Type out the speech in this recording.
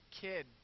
kid